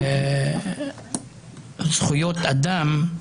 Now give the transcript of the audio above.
זכויות אדם,